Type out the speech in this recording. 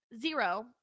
Zero